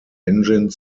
engine